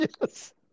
Yes